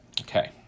Okay